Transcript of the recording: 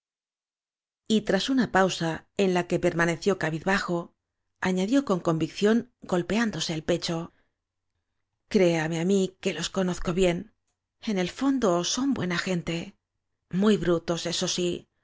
tras una pausa en la que permaneció ca bizbajo añadió con convicción golpeándose el pecho áñ réame á mí que los conozco bien en el fondo son buena gente muy brutos eso sí